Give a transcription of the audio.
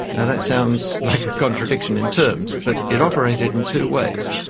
and that sounds like a contradiction in terms but it operated in two ways.